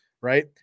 right